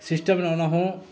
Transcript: system ᱢᱮᱱᱟᱜᱼᱟ ᱚᱱᱟ ᱦᱚᱸ